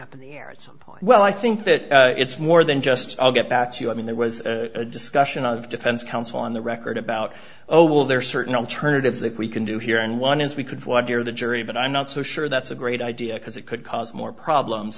up in the air at some point well i think that it's more than just i'll get back to you i mean there was a discussion of defense counsel on the record about oh well there are certain alternatives that we can do here and one is we could walk here the jury but i'm not so sure that's a great idea because it could cause more problems